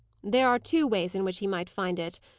there are two ways in which he might find it.